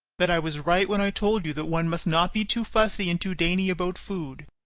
that i was right when i told you that one must not be too fussy and too dainty about food.